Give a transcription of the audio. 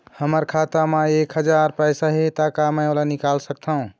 हमर खाता मा एक हजार पैसा हे ता का मैं ओला निकाल सकथव?